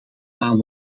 aan